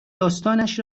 داستانش